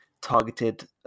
targeted